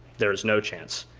there is no chance,